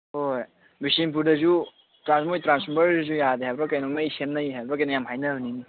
ꯍꯣꯏ ꯕꯤꯁꯦꯝꯄꯨꯔꯗꯁꯨ ꯃꯣꯏ ꯇ꯭ꯔꯥꯟꯐꯣꯔꯃꯔꯁꯨ ꯌꯥꯗꯦ ꯍꯥꯏꯕ꯭ꯔꯥ ꯀꯩꯅꯣ ꯃꯩ ꯁꯦꯝꯅꯩ ꯍꯥꯏꯕ꯭ꯔꯥ ꯀꯩꯅꯣ ꯌꯥꯝ ꯍꯥꯏꯅꯕꯅꯤꯅꯦ